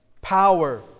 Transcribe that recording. power